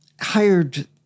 hired